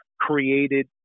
created